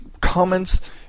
comments